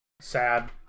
Sad